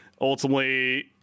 ultimately